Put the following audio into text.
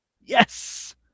Yes